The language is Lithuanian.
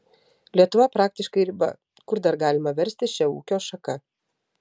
lietuva praktiškai riba kur dar galima verstis šia ūkio šaka